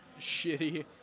shitty